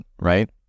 right